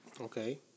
Okay